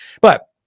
but-